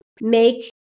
make